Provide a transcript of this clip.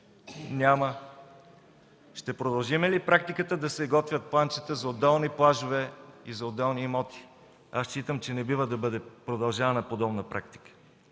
Няма! Ще продължим ли практиката да се готвят планчета за отделни плажове и за отделни имоти? Считам, че не бива да бъде продължавана подобна практика.